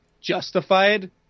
justified